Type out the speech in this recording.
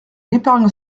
l’épargne